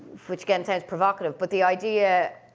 which again, sound provocative, but the idea,